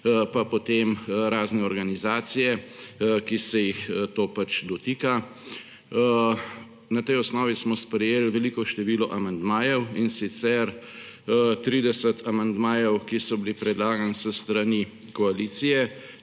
pa potem razne organizacije, ki se jih to pač dotika, sprejeli veliko število amandmajev, in sicer 30 amandmajev, ki so bili predlagani s strani koalicije,